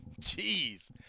Jeez